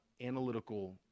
analytical